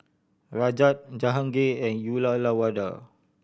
Rajat Jahangir and Uyyalawada